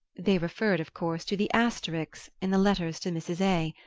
they referred, of course, to the asterisks in the letters to mrs. a.